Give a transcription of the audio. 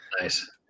nice